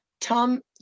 Tom